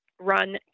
run